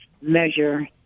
measure